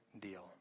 deal